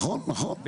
נכון, נכון, נכון.